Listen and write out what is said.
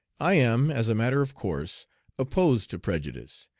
i am as a matter of course opposed to prejudice,